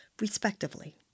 respectively